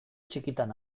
txikitan